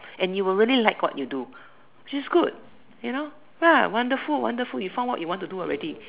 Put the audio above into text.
and you will really like what you do which is good you know ya wonderful wonderful you found what you want to do already